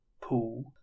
pool